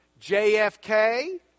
JFK